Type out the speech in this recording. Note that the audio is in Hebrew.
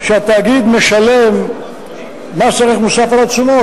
שהתאגיד משלם מס ערך מוסף על התשומות,